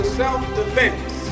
self-defense